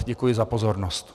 Děkuji za pozornost.